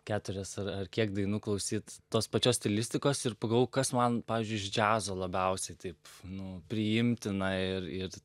keturias ar ar kiek dainų klausyt tos pačios stilistikos ir pagalvojau kas man pavyzdžiui iš džiazo labiausiai taip nu priimtina ir ir